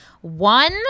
One